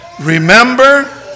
remember